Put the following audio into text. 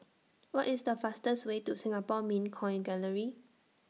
What IS The fastest Way to Singapore Mint Coin Gallery